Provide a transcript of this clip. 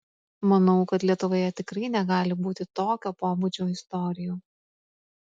manau kad lietuvoje tikrai negali būti tokio pobūdžio istorijų